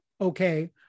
Okay